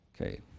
Okay